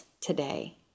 today